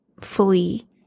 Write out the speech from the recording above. fully